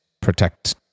protect